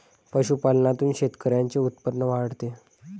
पशुपालनातून शेतकऱ्यांचे उत्पन्न वाढते